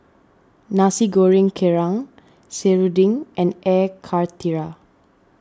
Nasi Goreng Kerang Serunding and Air Karthira